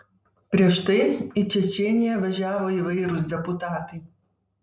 prieš tai į čečėniją važiavo įvairūs deputatai